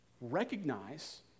recognize